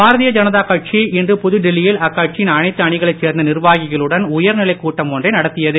பாரதீய ஜனதா கட்சி இன்று புதுடில்லியில் கட்சியின் அனைத்து அணிகளைச் சேர்ந்த நிர்வாகிகளுடன் உயர்நிலைக் கூட்டம் ஒன்றை நடத்தியது